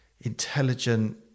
intelligent